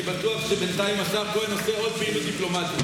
אני בטוח שבינתיים השר כהן עושה עוד פעילות דיפלומטית.